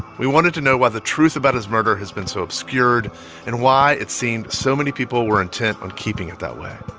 we wanted to know why the truth about his murder has been so obscured and why it seemed so many people were intent on keeping it that way.